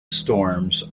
storms